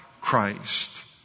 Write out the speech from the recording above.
Christ